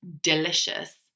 delicious